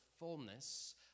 Fullness